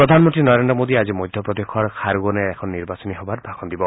প্ৰধানমন্ত্ৰী নৰেন্দ্ৰ মোডীয়ে আজি মধ্যপ্ৰদেশৰ খাৰগোনেৰ এখন নিৰ্বাচনী সভাত ভাষন দিব